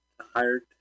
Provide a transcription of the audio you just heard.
hired